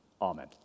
amen